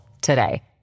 today